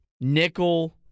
Nickel